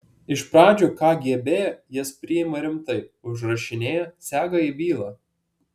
iš pradžių kgb jas priima rimtai užrašinėja sega į bylą